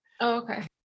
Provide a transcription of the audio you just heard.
Okay